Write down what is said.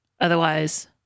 Otherwise